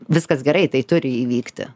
viskas gerai tai turi įvykti